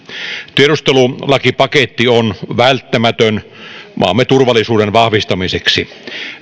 tiedustelulakipaketti on välttämätön maamme turvallisuuden vahvistamiseksi